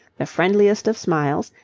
the friendliest of smiles,